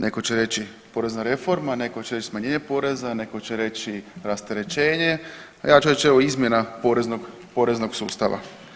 Neko će reći porezna reforma, neko će reći smanjenje poreza, neko će reći rasterećenje, a ja ću reći evo izmjena poreznog sustava.